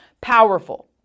powerful